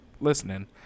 listening